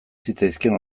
zitzaizkion